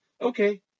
Okay